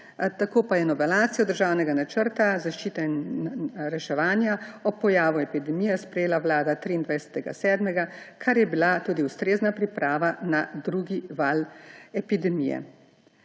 Tako pa je novelacijo državnega načrta zaščite in reševanja ob pojavu epidemije sprejela vlada 23. 7., kar je bila tudi ustrezna priprava na drugi val epidemije.